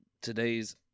today's